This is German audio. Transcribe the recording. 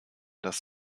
dass